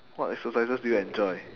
what exercises do you enjoy